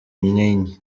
intinyi